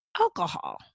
alcohol